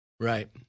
Right